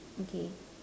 okay